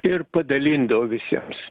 ir padalindavo visiems